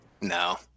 No